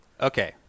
Okay